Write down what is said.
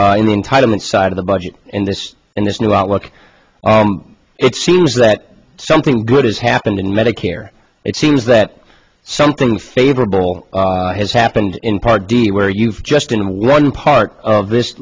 in the entitlement side of the budget in this in this new outlook it seems that something good has happened in medicare it seems that something favorable has happened in part d where you've just been one part of this